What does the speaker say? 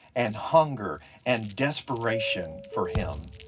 and hunger, and desperation for him.